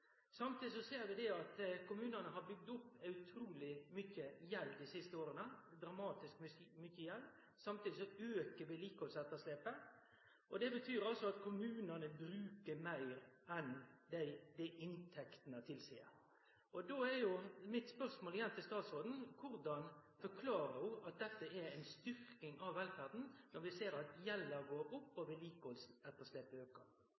Samtidig som vi ser at kommunane har bygd opp utruleg mykje gjeld dei siste åra – dramatisk mykje gjeld – aukar vedlikehaldsetterslepet. Det betyr at kommunane bruker meir enn det inntektene tilseier. Og då er mitt spørsmål til statsråden: Korleis forklarer ho at dette er ei styrking av velferda når vi ser at gjelda går opp og vedlikehaldsetterslepet aukar?